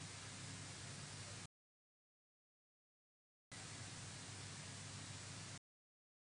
באב, תשפ"ג 26 ליולי 2023. הוועדה בנושא בדיקת